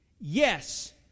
Yes